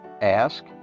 Ask